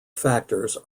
factors